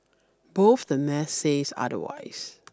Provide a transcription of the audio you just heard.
both the math says otherwise